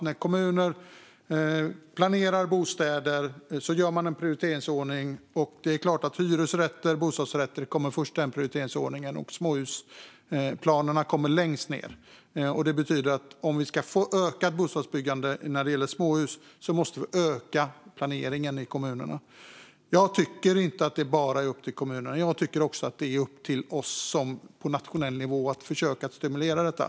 När kommuner planerar bostäder gör de en prioriteringsordning, och hyresrätter och bostadsrätter kommer först. Småhusplanerna kommer längst ned. Om vi ska öka småhusbyggandet måste vi alltså öka planeringen i kommunerna. Jag tycker inte att det bara är upp till kommunerna. Det är också upp till oss på nationell nivå att försöka stimulera detta.